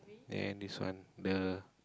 then this one the